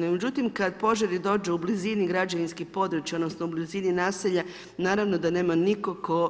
No, međutim, kad požari dođu u blizini građevinskih područja, odnosno u blizini naselja, naravno da nema nikoga tko